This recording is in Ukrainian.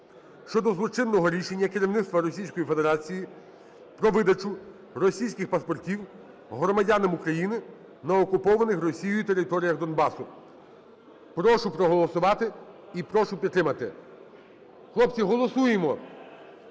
щодо злочинного рішення керівництва Російської Федерації про видачу російських паспортів громадянам України на окупованих Росією територіях Донбасу. Прошу проголосувати і прошу підтримати. Хлопці, голосуємо!